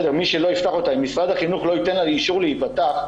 אם משרד החינוך לא ייתן לה אישור להיפתח,